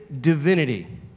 divinity